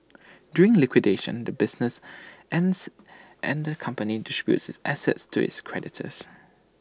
during liquidation the business ends and the company distributes its assets to its creditors